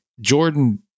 Jordan